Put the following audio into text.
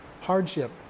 hardship